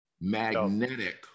Magnetic